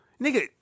Nigga